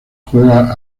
juega